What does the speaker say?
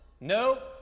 no